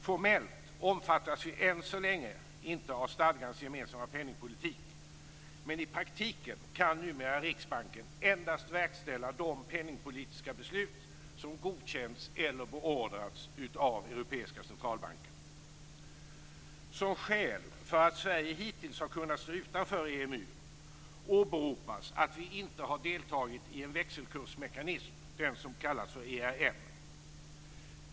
Formellt omfattas vi än så länge inte av stadgans gemensamma penningpolitik, men i praktiken kan Riksbanken numera endast verkställa de penningpolitiska beslut som godkänts eller beordrats av Europeiska centralbanken. Som skäl för att Sverige hittills har kunnat stå utanför EMU åberopas att vi inte har deltagit i växelkursmekanismen ERM.